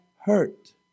hurt